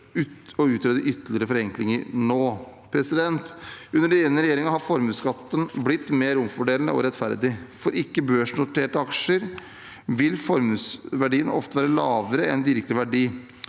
å utrede ytterligere forenklinger nå. Under denne regjeringen har formuesskatten blitt mer omfordelende og rettferdig. For ikke-børsnoterte aksjer vil formuesverdien ofte være lavere enn virkelig verdi.